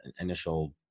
initial